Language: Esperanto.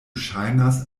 ŝajnas